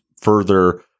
further